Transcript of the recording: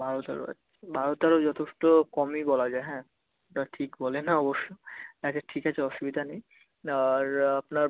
বারো তেরো আচ্ছা বারো তেরো যথেষ্ট কমই বলা যায় হ্যাঁ তা ঠিক বলে না অবশ্য আচ্ছা ঠিক আছে অসুবিধা নেই আর আপনার